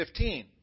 15